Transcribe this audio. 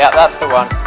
yeah that's the one!